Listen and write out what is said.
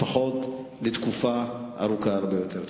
לפחות לתקופה ארוכה הרבה יותר.